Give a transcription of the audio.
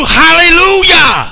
hallelujah